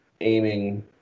aiming